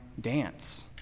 dance